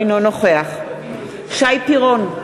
אינו נוכח שי פירון,